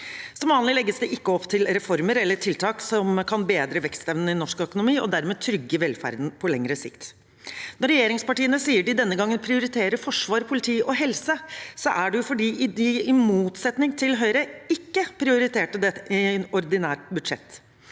Som vanlig legges det ikke opp til reformer eller tiltak som kan bedre vekstevnen i norsk økonomi og dermed trygge velferden på lengre sikt. Når regjeringspartiene sier de denne gangen prioriterer forsvar, politi og helse, er det fordi de, i motsetning til Høyre, ikke prioriterte dette i ordinært budsjett.